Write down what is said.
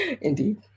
Indeed